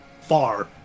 far